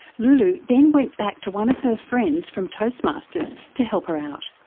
lulu then went back to one of her friends from toastmasters to help her out.